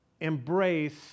embrace